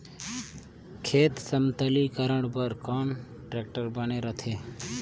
खेत समतलीकरण बर कौन टेक्टर बने रथे?